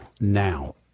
now